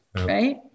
Right